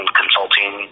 consulting